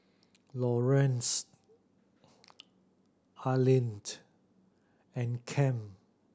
Laurance Alline and